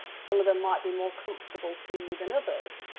some of them might be more comfortable to you than others